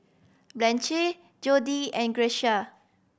Blanche Jody and Grecia